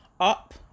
up